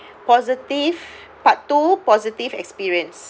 positive part two positive experience